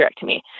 hysterectomy